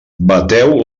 bateu